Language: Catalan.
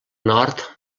nord